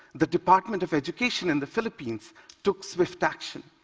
the department of education in the philippines took swift action.